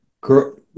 girl